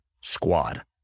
squad